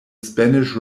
spanish